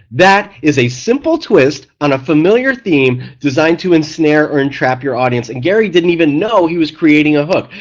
that is a simple twist on a familiar theme designed to ensnare or entrap your audience, and gary didn't even know he was creating a hook.